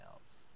else